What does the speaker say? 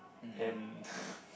and